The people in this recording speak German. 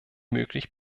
möglich